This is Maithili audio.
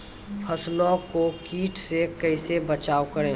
फसलों को कीट से कैसे बचाव करें?